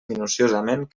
minuciosament